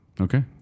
Okay